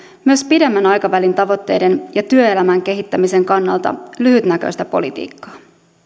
myös pidemmän aikavälin tavoitteiden ja työelämän kehittämisen kannalta lyhytnäköistä politiikkaa